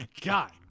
God